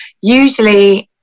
usually